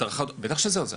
בטח שזה עוזר.